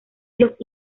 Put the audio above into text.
los